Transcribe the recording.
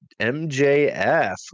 MJF